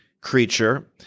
creature